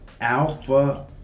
Alpha